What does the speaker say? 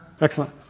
Excellent